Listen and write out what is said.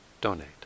donate